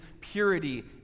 purity